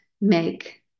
make